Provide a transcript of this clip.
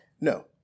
No